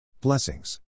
Blessings